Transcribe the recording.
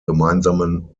gemeinsamen